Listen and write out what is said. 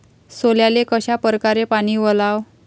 सोल्याले कशा परकारे पानी वलाव?